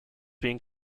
being